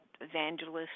evangelist